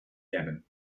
yemen